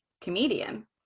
comedian